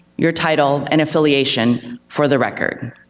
your title, and affiliation for the record.